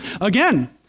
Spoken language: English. again